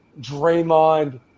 Draymond